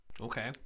Okay